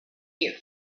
you